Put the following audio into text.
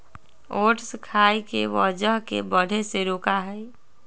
oats खाई से वजन के बढ़े से रोका हई